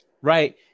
right